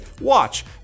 watch